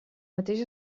mateix